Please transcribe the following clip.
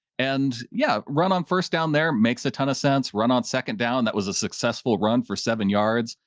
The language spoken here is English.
and yeah, run on first down there makes a ton of sense. run on second down. that was a successful run for seven yards.